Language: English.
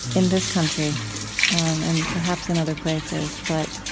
in this country and perhaps in other places. but